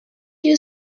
you